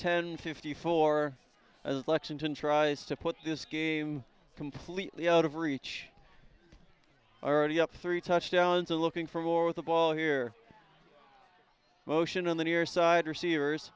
ten fifty four as lexington tries to put this game completely out of reach already up three touchdowns and looking for war with a ball here motion on the near side receivers